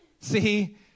see